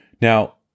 Now